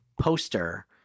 poster